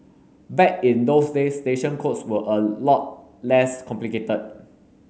back in those days station codes were a lot less complicated